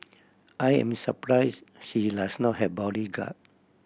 I am surprise she does not have bodyguard